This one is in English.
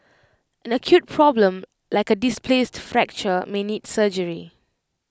an acute problem like A displaced fracture may need surgery